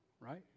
right